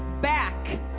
back